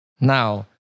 now